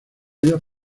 ellos